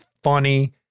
funny